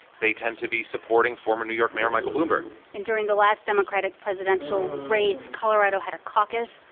they tend to be supporting former new york mayor michael bloomberg and during the last democratic presidential race, colorado had a caucus.